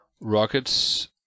rockets